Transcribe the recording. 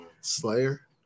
Slayer